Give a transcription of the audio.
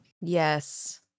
Yes